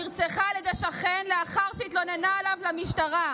נרצחה בידי שכן לאחר שהתלוננה עליו למשטרה.